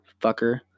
fucker